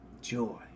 joy